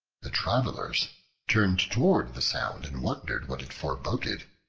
the travelers turned towards the sound and wondered what it foreboded,